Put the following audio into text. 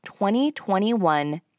2021